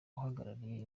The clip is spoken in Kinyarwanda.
uhagarariye